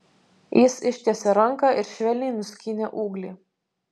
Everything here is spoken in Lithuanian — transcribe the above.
jis ištiesė ranką ir švelniai nuskynė ūglį